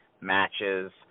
matches